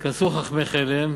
התכנסו חכמי חלם,